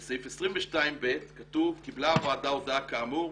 בסעיף 22(ב) כתוב: 'קיבלה הוועדה הודעה כאמור,